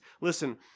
Listen